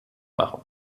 machen